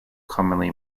commonly